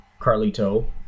Carlito